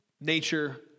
nature